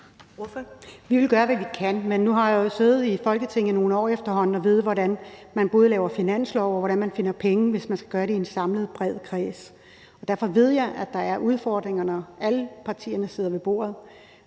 Vi vil gøre, hvad vi kan, men nu har jeg jo siddet i Folketinget i nogle år efterhånden, og jeg ved, både hvordan man laver finanslove, og hvordan man finder penge, hvis man skal gøre det i en samlet, bred kreds. Derfor ved jeg, at der er udfordringer, når alle partierne sidder med ved bordet,